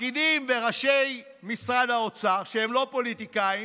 הפקידים וראשי משרד האוצר, שהם לא פוליטיקאים,